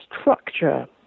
structure